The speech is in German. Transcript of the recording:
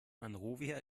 monrovia